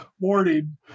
morning